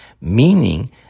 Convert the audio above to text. Meaning